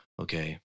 Okay